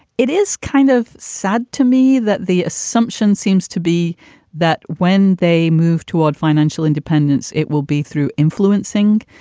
it is kind of sad to me that the assumption seems to be that when they move toward financial independence, it will be through influencing,